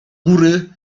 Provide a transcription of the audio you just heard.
góry